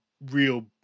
real